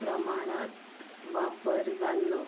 प्रमाणांत वापर जाल्लो